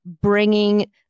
bringing